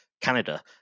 Canada